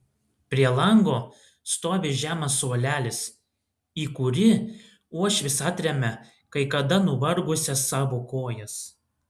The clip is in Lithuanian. prie lango stovi žemas suolelis į kurį uošvis atremia kai kada nuvargusias savo kojas